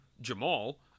Jamal